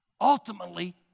ultimately